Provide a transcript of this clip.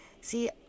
See